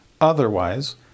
Otherwise